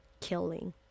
killing